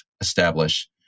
establish